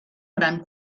gran